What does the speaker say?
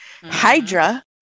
hydra